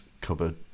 cupboard